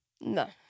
no